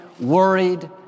worried